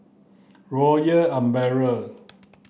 Royal Umbrella